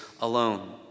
alone